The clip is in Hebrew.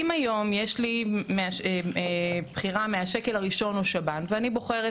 אם היום יש לי בחירה מהשקל הראשון או שב"ן ואני בוחרת